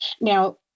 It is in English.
now